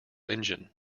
engine